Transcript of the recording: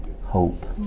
Hope